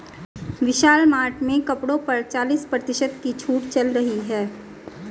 विशाल mart में कपड़ों पर चालीस प्रतिशत की छूट चल रही है